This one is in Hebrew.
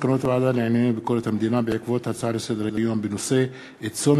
מסקנות הוועדה לענייני ביקורת המדינה בעקבות דיון בהצעה של